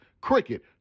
cricket